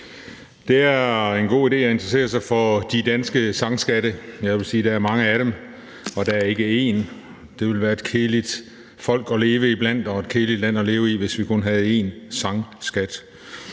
Det er en god idé at interessere sig for de danske sangskatte, vil jeg sige; der er mange af dem, der er ikke kun en. Det ville være et kedeligt folk at leve iblandt og et kedeligt land at leve i, hvis vi kun havde en sangskat.